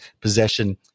possession